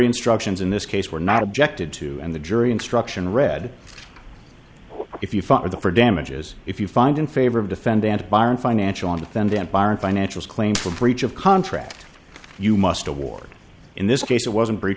instructions in this case were not objected to and the jury instruction read if you are the for damages if you find in favor of defendant byron financial independence byron financial claim for breach of contract you must award in this case it wasn't breach